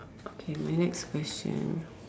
o okay my next question